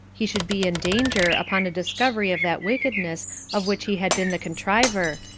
he should be in danger, upon a discovery of that wickedness of which he had been the contriver,